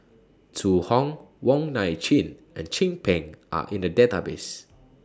Zhu Hong Wong Nai Chin and Chin Peng Are in The Database